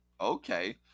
okay